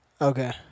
Okay